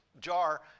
jar